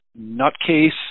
nutcase